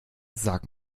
sagt